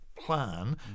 Plan